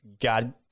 God